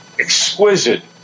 exquisite